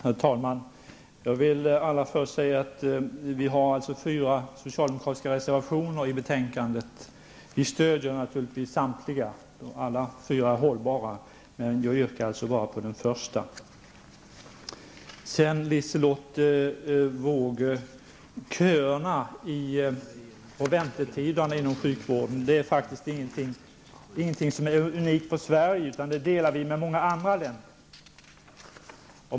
Herr talman! Jag vill allra först säga att socialdemokraterna har fyra reservationer till betänkandet och att vi naturligtvis stödjer samtliga -- alla fyra är hållbara --, men jag yrkar bifall bara till den första reservationen. Köerna och väntetiderna inom sjukvården är faktiskt, Liselotte Wågö, ingenting som är unikt för Sverige, utan detta är något vi har gemensamt med många andra länder.